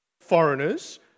foreigners